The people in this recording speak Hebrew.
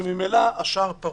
וממילא השער פרוץ,